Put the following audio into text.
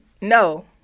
No